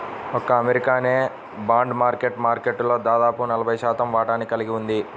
ఒక్క అమెరికానే bond market మార్కెట్లో దాదాపు నలభై శాతం వాటాని కలిగి ఉంది